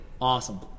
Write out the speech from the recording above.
Awesome